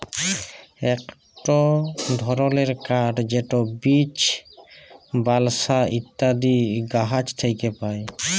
ইকট ধরলের কাঠ যেট বীচ, বালসা ইত্যাদি গাহাচ থ্যাকে পায়